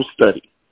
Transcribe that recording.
study